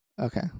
Okay